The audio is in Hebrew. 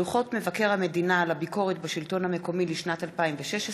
דוחות מבקר המדינה על הביקורת בשלטון המקומי לשנת 2016,